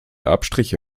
abstriche